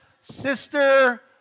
sister